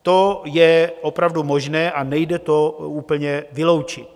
To je opravdu možné a nejde to úplně vyloučit.